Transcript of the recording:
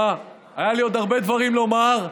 היו לי עוד הרבה דברים לומר,